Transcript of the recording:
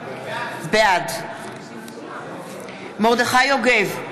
בעד מרדכי יוגב,